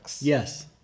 Yes